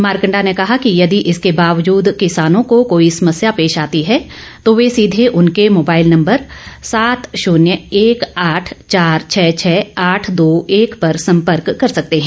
मारकंडा ने कहा कि यदि इसके बावजूद किसानों को कोई समस्या पेश आती है तो वे सीधे उनके मोबाईल नंबर सात भाून्य एक आठ चार छः छः आठ दो एक पर संपर्क कर सकते हैं